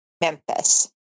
Memphis